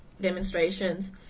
demonstrations